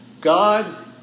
God